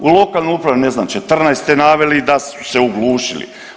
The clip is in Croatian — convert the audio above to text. U lokalnoj upravi ne znam 14 ste naveli da su se oglušili.